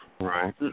Right